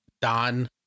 Don